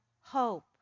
hope